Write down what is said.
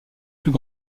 plus